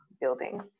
building